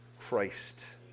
Christ